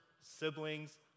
siblings